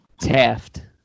Taft